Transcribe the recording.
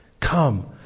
Come